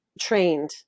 trained